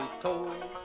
told